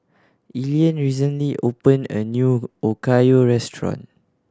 Elian recently opened a new Okayu Restaurant